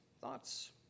thoughts